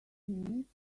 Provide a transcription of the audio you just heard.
minutes